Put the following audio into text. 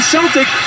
Celtic